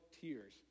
tears